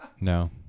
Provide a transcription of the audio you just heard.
No